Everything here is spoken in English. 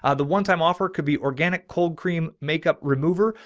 ah the one time offer could be organic cold cream makeup remover,